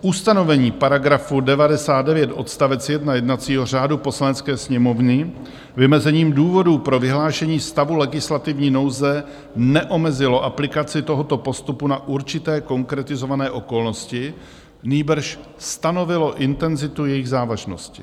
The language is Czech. Ustanovení § 99 odst. 1 jednacího řádu Poslanecké sněmovny vymezením důvodů pro vyhlášení stavu legislativní nouze neomezilo aplikaci tohoto postupu na určité konkretizované okolnosti, nýbrž stanovilo intenzitu jejich závažnosti.